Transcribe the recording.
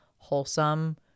wholesome